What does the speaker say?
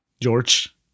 George